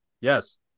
Yes